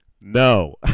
No